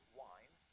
wine